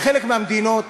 בחלק מהמדינות,